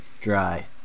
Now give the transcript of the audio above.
dry